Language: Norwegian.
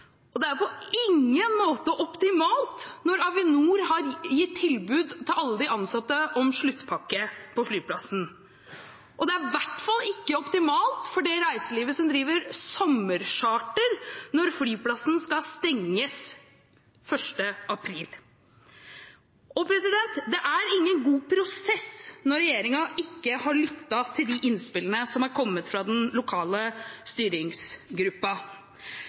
fortsetter. Det er på ingen måte optimalt når Avinor har gitt tilbud om sluttpakke til alle ansatte på flyplassen. Og det er i hvert fall ikke optimalt for reiseliv som driver med sommercharter når flyplassen skal stenges 1. april. Det er ingen god prosess når regjeringen ikke har lyttet til innspillene som har kommet fra den lokale